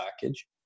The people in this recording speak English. package